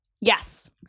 Yes